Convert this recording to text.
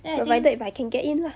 provided if I can get in lah